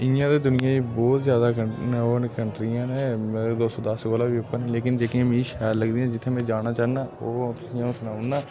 इ'यां ते दुनिया च बोह्त ज्यादा कन ओह् न कंन्ट्रियां न मतलब दो सौ दस कोला बी उप्पर न लेकिन जेह्कियां मी शैल लगदियां जित्थे मैं जाना चाह्न्नां ओह् आ'ऊं तुसें आ'ऊं सनाई ओड़ना